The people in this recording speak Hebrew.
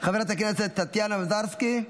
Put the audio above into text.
חבר הכנסת יאסר חוג'יראת,